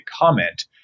comment